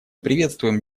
приветствуем